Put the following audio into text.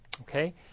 okay